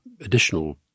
additional